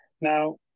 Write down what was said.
Now